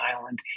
island